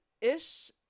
ish